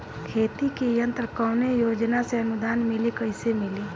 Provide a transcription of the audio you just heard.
खेती के यंत्र कवने योजना से अनुदान मिली कैसे मिली?